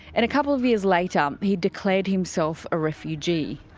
and a couple of years later he declared himself a refugee.